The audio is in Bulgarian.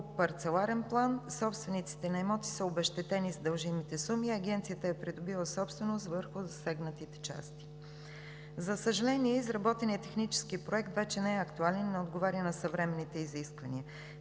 парцеларен план. Собствениците на имоти са обезщетени с дължимите суми. Агенцията е придобила собственост върху засегнатите части. За съжаление, изработеният Технически проект вече не е актуален и не отговаря на съвременните изисквания.